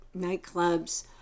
nightclubs